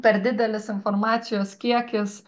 per didelis informacijos kiekis